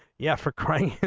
yeah for crimes and